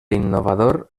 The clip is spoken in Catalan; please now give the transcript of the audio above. innovador